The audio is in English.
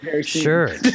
sure